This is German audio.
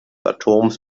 atoms